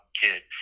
kid